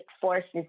forces